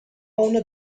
اونو